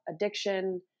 addiction